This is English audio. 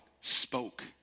spoke